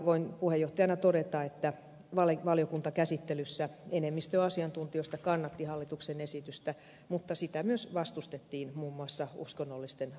voin puheenjohtajana todeta että valiokuntakäsittelyssä enemmistö asiantuntijoista kannatti hallituksen esitystä mutta sitä myös vastustettiin muun muassa uskonnollisten arvokysymysten pohjalta